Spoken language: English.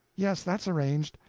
yes that's arranged.